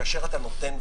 כאשר אתה נותן,